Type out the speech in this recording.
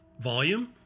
volume